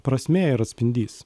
prasmė ir atspindys